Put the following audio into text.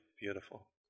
beautiful